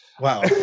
wow